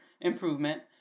improvement